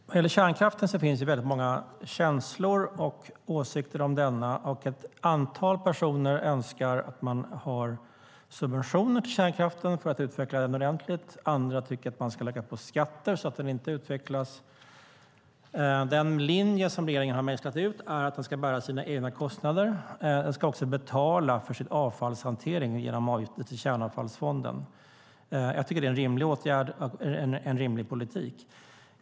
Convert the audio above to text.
Herr talman! Vad gäller kärnkraften finns det många känslor och åsikter om den. Ett antal personer önskar att vi ger subventioner till kärnkraften för att utveckla den ordentligt, andra tycker att vi ska lägga på skatter så att den inte utvecklas. Den linje som regeringen mejslat ut är att den ska bära sina egna kostnader. Den ska också betala för sin avfallshantering genom avgifter till Kärnavfallsfonden. Jag tycker att det är en rimlig åtgärd, en rimlig politik.